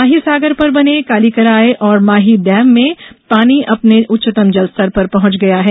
माही सागर पर बने कालिकराय और माही डेम में पानी अपने उच्चतम स्तर पर पहुंच गया है